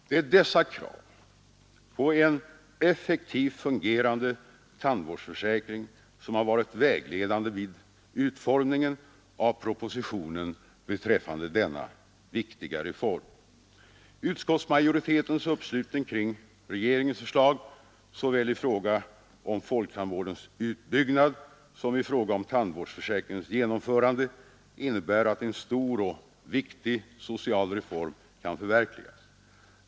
Det är dessa krav på en effektivt fungerande tandvårdsförsäkring som har varit vägledande vid utformningen av propositionen beträffande denna viktiga reform. Utskottsmajoritetens uppslutning kring regeringens förslag såväl i fråga om folktandvårdens utbyggnad som i fråga om tandvårdsförsäkringens genomförande innebär att en stor och viktig social reform kan förverkligas.